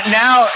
now